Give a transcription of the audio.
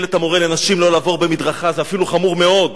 שלט המורה לנשים לא לעבור במדרכה זה אפילו חמור מאוד.